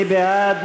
מי בעד?